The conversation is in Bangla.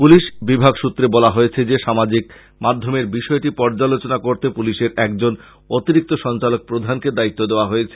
পুলিশ বিভাগ সূত্রে বলা হয়েছে যে সামাজিক মাধ্যমের বিষয়টি পর্যালোচনা করতে পুলিশের একজন অতিরিক্ত সঞ্চালক প্রাধানকে দায়িতু দেওয়া হয়েছে